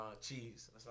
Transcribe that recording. cheese